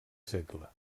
segle